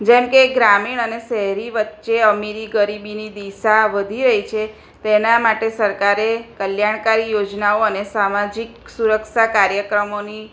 જેમકે એ ગ્રામીણ અને શહેરી વચ્ચે અમીરી ગરીબીની દિશા વધી રહી છે તો એના માટે સરકારે કલ્યાણકારી યોજનાઓ અને સમાજિક સુરક્ષા કાર્યક્રમોની